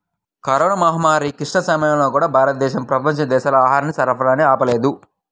corona మహమ్మారి క్లిష్ట సమయాల్లో కూడా, భారతదేశం ప్రపంచ దేశాలకు ఆహార సరఫరాని ఆపలేదు